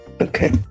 okay